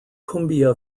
cumbia